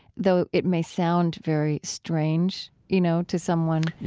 though, it may sound very strange, you know, to someone,